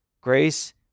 grace